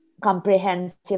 comprehensive